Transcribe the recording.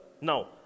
Now